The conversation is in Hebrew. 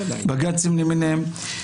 בג"צים למיניהם,